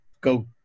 go